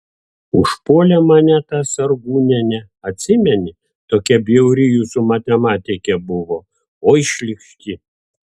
užpuolė mane ta sargūnienė atsimeni tokia bjauri jūsų matematikė buvo oi šlykšti